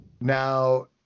Now